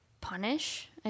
punish